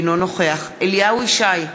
אינו נוכח אליהו ישי,